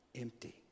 empty